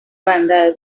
bandada